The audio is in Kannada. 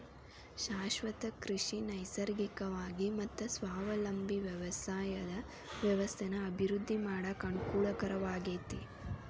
ಶಾಶ್ವತ ಕೃಷಿ ನೈಸರ್ಗಿಕವಾಗಿ ಮತ್ತ ಸ್ವಾವಲಂಬಿ ವ್ಯವಸಾಯದ ವ್ಯವಸ್ಥೆನ ಅಭಿವೃದ್ಧಿ ಮಾಡಾಕ ಅನಕೂಲಕರವಾಗೇತಿ